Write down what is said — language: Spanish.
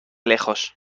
lejos